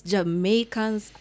Jamaicans